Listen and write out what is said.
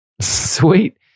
Sweet